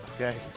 Okay